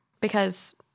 because-